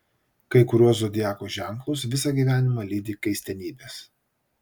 kai kuriuos zodiako ženklus visą gyvenimą lydi keistenybės